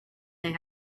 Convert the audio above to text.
they